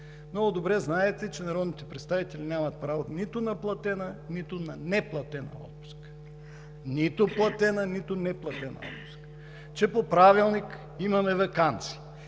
Много добре знаете, че народните представители нямат право нито на платена, нито на неплатена отпуска. Нито платена, нито неплатена отпуска! По Правилник имаме ваканция